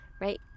right